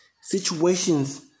situations